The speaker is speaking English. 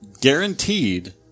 Guaranteed